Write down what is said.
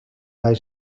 hij